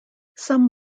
some